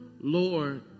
Lord